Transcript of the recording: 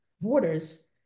borders